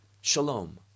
shalom